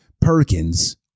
Perkins